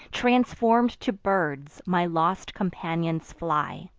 transform'd to birds, my lost companions fly